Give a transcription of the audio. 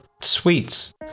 sweets